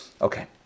Okay